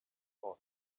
for